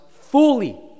fully